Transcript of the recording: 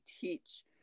teach